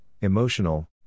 emotional